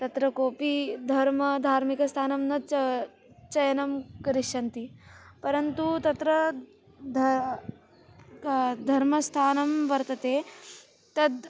तत्र कोपि धर्मः धार्मिकस्थानं न च चयनं करिष्यन्ति परन्तु तत्र धर्मस्थानं वर्तते तद्